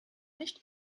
nicht